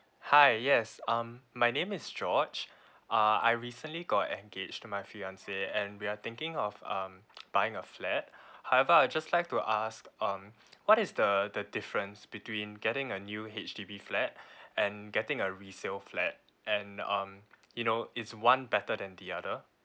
hi yes um my name is george uh I recently got engaged to my fiancée and we're thinking of um buying a flat however I just like to ask um what is the the difference between getting a new H_D_B flat and getting a resale flat and um you know is one better than the other